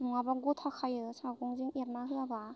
नङाबा गथा खायो सागंजों एरना होआबा